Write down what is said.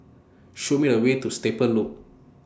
Show Me A Way to Stable Loop